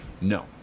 No